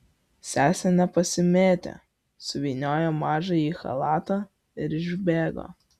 sesė nepasimėtė suvyniojo mažąją į chalatą ir išbėgo